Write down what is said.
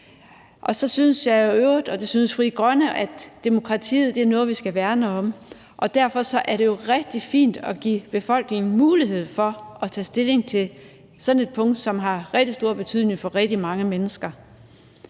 Så synes jeg i øvrigt, og det synes Frie Grønne, at demokratiet er noget, vi skal værne om, og derfor er det jo rigtig fint at give befolkningen mulighed for at tage stilling til sådan et punkt, som har rigtig stor betydning for rigtig mange mennesker.